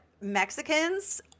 mexicans